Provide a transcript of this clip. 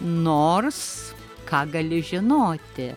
nors ką gali žinoti